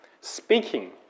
Speaking